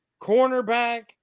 cornerback